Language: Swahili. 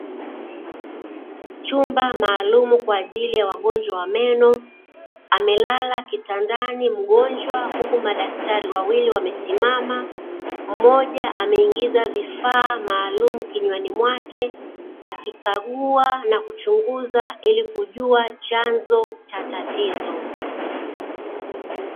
Chumba maalumu kwa ajili ya wagonjwa wa meno. Amelala kitandani mgonjwa huku madaktari wawili wamesimama, mmoja ameingiza vifaa maalumu kinywani mwake akikagua na kuchunguza ili kujua chanzo cha tatizo.